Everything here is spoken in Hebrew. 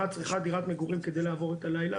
צריכה דירת מגורים כדי לעבור את הלילה,